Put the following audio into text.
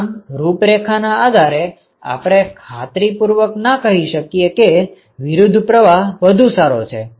આમ રૂપરેખાના આધારે આપણે ખાતરીપૂર્વક ના કહીં શકીએ કે વિરુદ્ધ પ્રવાહ વધુ સારો છે